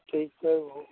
ठीक छै